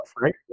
right